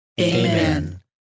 Amen